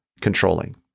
controlling